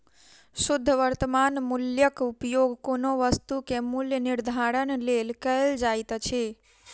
शुद्ध वर्त्तमान मूल्यक उपयोग कोनो वस्तु के मूल्य निर्धारणक लेल कयल जाइत अछि